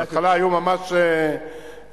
בהתחלה היו ממש בעיות.